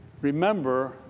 Remember